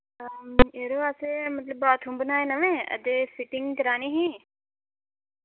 यरो असैं मतलब बाथरूम बनाए नमें ते फिटिंग करानी ही